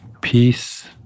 Peace